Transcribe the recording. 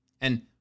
And-